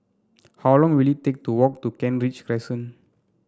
how long will it take to walk to Kent Ridge Crescent